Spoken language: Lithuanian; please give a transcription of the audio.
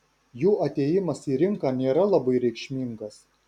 jų atėjimas į rinką nėra labai reikšmingas